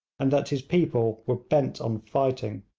and that his people were bent on fighting.